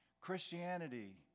Christianity